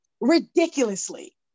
Ridiculously